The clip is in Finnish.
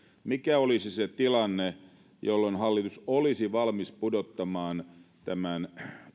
mikä olisi se tilanne jolloin hallitus olisi valmis pudottamaan tämän